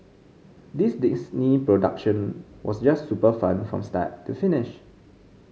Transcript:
this Disney production was just super fun from start to finish